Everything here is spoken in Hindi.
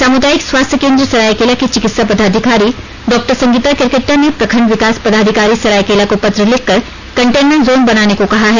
सामुदायिक स्वास्थ्य केंद्र सरायकेला की चिकित्सा पदाधिकारी डॉ संगीता केरकेट्टा ने प्रखंड विकास पदाधिकारी सरायकेला को पत्र लिखकर कंटेनमेंट जोन बनाने को कहा है